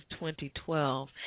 2012